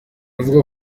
avuga